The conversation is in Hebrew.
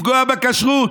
לפגוע בכשרות,